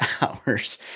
hours